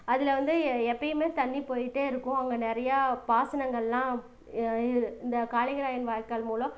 அதில் வந்து எ எப்பையுமே தண்ணி போய்கிட்டே இருக்கும் அங்கே நிறையா பாசனங்கள் எல்லாம் இந்த காளிங்கராயன் வாய்க்கால் மூலம்